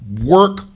work